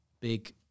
big